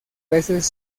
veces